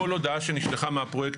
כל הודעה שנשלחה מהפרויקט,